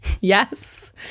Yes